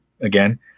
again